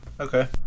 okay